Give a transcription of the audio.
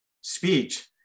speech